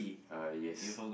uh yes